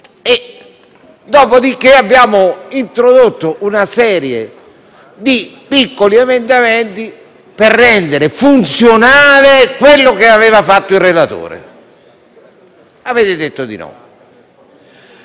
Dopo di che abbiamo introdotto una serie di piccoli emendamenti per rendere funzionale quello che aveva fatto il relatore: avete detto di no.